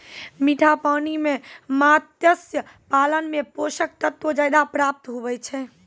मीठा पानी मे मत्स्य पालन मे पोषक तत्व ज्यादा प्राप्त हुवै छै